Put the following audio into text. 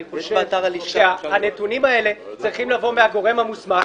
אני חושב שהנתונים האלה צריכים לבוא מהגורם המוסמך.